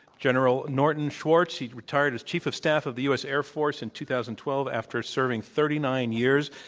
general norton schwartz. he retired as chief of staff of the u. s. air force in two thousand and twelve after serving thirty nine years.